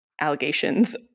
allegations